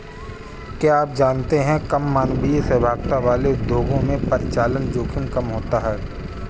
क्या आप जानते है कम मानवीय सहभागिता वाले उद्योगों में परिचालन जोखिम कम होता है?